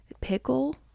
pickle